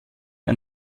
ein